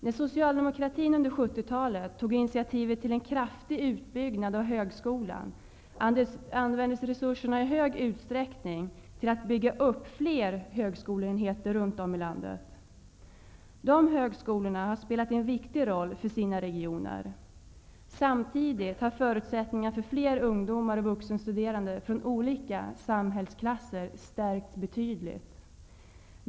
När socialdemokratin under 70-talet tog initiativet till en kraftig utbyggnad av högskolan, användes resurserna i stor utsträckning till att bygga upp fler högskoleenheter runt om i landet. De högskolorna har spelat en viktig roll för sina regioner. Samtidigt har förutsättningarna för flera ungdomar och vuxenstuderande från olika samhällsklasser stärkts betydligt.